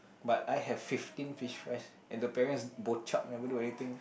but I have fifteen fish fries and the parents bochap never do anything